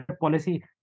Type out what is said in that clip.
policy